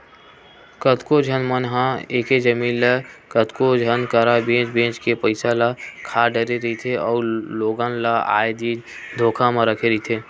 कतको झन मन ह एके जमीन ल कतको झन करा बेंच बेंच के पइसा ल खा डरे रहिथे अउ लोगन ल आए दिन धोखा म रखे रहिथे